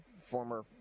former